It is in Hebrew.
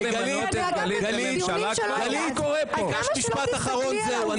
גלית, אמרת משפט אחרון וזהו.